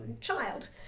child